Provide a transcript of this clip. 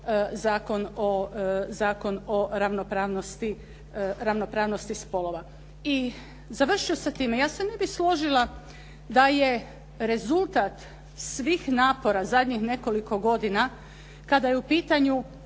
Zakon o ravnopravnosti spolova. I završit ću sa time. Ja se ne bih složila da je rezultat svih napora zadnjih nekoliko godina kada je u pitanju